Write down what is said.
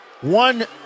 One